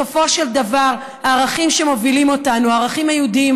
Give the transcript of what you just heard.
בסופו של דבר הערכים שמובילים אותנו הם הערכים היהודיים,